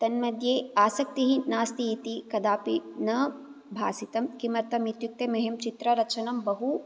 तन्मध्ये आसक्तिः नास्ति इति कदापि न भासितम् किमर्थं इत्युक्ते मह्यं चित्ररचनं बहु